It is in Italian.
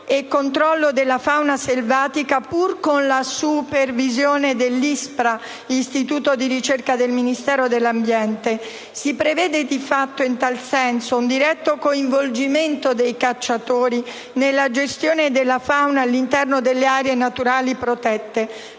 e controllo della fauna selvatica, pur con la supervisione dell'ISPRA, l'Istituto superiore per la protezione e la ricerca ambientale del Ministero dell'ambiente. Si prevede di fatto, in tal senso, un diretto coinvolgimento dei cacciatori nella gestione della fauna all'interno delle aree naturali protette.